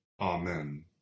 Amen